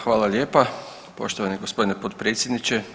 Hvala lijepa poštovani gospodine potpredsjedniče.